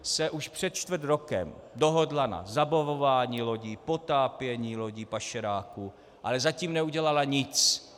EU se už před čtvrt rokem dohodla na zabavování lodí, potápění lodí pašeráků, ale zatím neudělala nic.